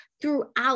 throughout